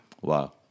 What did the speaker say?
Wow